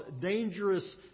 dangerous